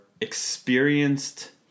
experienced